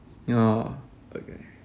ya okay